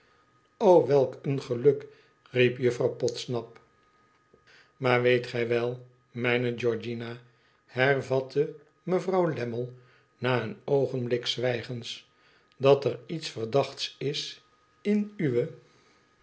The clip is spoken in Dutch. welk een geluk riep juffrouw podsnap maar weet gij wel mijne georgiana hernam mevrouw lammie na een oogenblik zwijgens idat er iets verdachts is in uwe